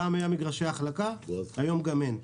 פעם היו מגרשי החלקה, היום גם אין.